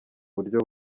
buryo